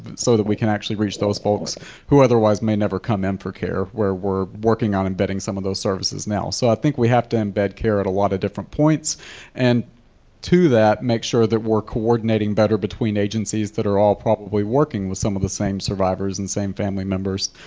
so that we can actually reach those folks who otherwise may never come in for care where we're working on embedding some of those services now. so i think we have to embed care at a lot of different points and to that makes sure that we're coordinating better between agencies that are all probably working with some of the same survivors and same family members,